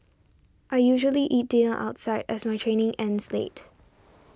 I usually eat dinner outside as my training ends late